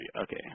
Okay